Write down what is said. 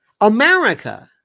America